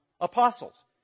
apostles